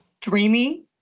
dreamy